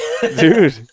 Dude